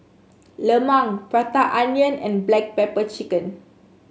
Lemang Prata Onion and Black Pepper Chicken